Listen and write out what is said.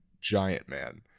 Giant-Man